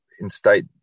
instate